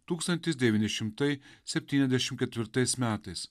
tūkstantis devyni šimtai septyniasdešim ketvirtais metais